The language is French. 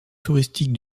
touristique